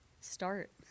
start